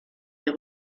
des